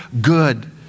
good